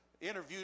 interviewed